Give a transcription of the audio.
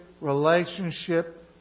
relationship